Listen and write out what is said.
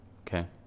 okay